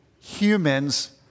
humans